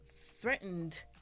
threatened